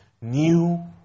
new